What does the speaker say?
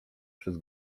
przez